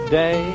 day